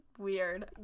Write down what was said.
weird